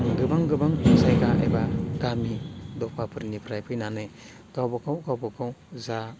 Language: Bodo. गोबां गोबां अनसायग्रा एबा गामि दफाफोरनिफ्राय फैनानै गावबागाव गावबागाव जा